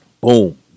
Boom